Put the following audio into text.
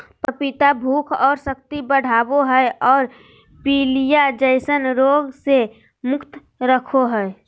पपीता भूख और शक्ति बढ़ाबो हइ और पीलिया जैसन रोग से मुक्त रखो हइ